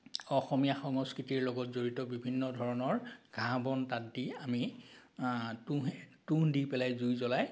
অসমীয়া সংস্কৃতিৰ লগত জড়িত বিভিন্ন ধৰণৰ ঘাঁহ বন তাত দি আমি তুঁহে তুঁহ দি পেলাই জুই জ্বলাই